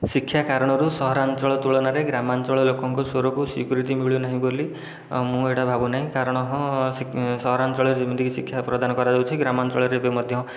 ଶିକ୍ଷା କାରଣରୁ ସହରାଞ୍ଚଳ ତୁଳନାରେ ଗ୍ରାମାଞ୍ଚଳ ଲୋକଙ୍କ ସ୍ୱରକୁ ସ୍ୱୀକୃତି ମିଳୁନାହିଁ ବୋଲି ମୁଁ ଏଇଟା ଭାବୁନାହିଁ କାରଣ ହଁ ସହରାଞ୍ଚଳ ଯେମିତି ଶିକ୍ଷା ପ୍ରଦାନ କରାଯାଉଛି ଗ୍ରାମାଞ୍ଚଳରେ ବି ମଧ୍ୟ